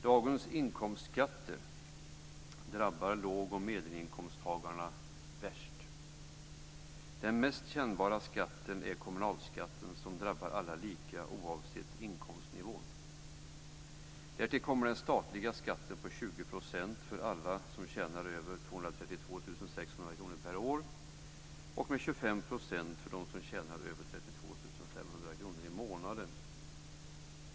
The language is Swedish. Dagens inkomstskatter drabbar lågoch medelinkomsttagarna mest. Den mest kännbara skatten är kommunalskatten, som drabbar alla lika oavsett inkomstnivå. Därtill kommer den statliga skatten på 20 % för alla som tjänar över 232 600 kr per år och med 25 % för dem som tjänar över 32 500 kr per månad.